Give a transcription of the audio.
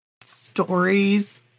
stories